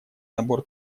набор